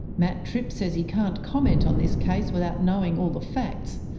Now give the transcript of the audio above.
matt tripp says he can't comment on this case without knowing all the facts,